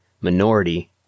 minority